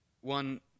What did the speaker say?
One